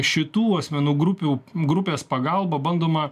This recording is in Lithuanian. šitų asmenų grupių grupės pagalba bandoma